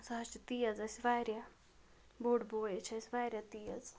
سُہ حظ چھُ تیز اَسہِ واریاہ بوٚڑ بوے حظ چھِ اَسہِ واریاہ تیز